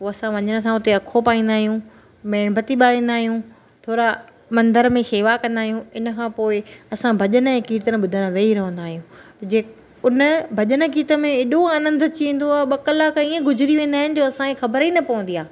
पोइ असां वञण सां उते अखो पाईंदा आहियूं मेणबती ॿारींदा आहियूं थोरा मंदर में शेवा कंदा आहियूं इनखां पोइ असां भॼन ऐं कीर्तन ॿुधण वेही रहंदा आहियूं जे उन भॼन गीत में एॾो आनंद अची वेंदो आहे ॿ कलाक इएं गुज़री वेंदा आहिनि जो असांखे ख़बर ई न पवंदी आहे